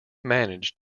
managed